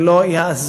זה לא יעזור.